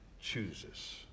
chooses